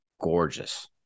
gorgeous